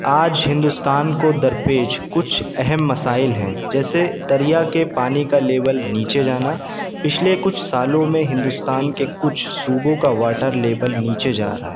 آج ہندوستان کو درپیش کچھ اہم مسائل ہیں جیسے دریا کے پانی کا لیول نیچے جانا پچھلے کچھ سالوں میں ہندوستان کے کچھ صوبوں کا واٹر لیول نیچے جا رہا ہے